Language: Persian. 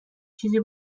چیزی